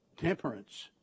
Temperance